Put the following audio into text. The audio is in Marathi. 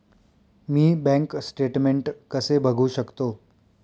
मी बँक स्टेटमेन्ट कसे बघू शकतो?